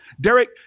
Derek